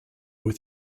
with